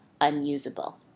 unusable